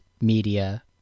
media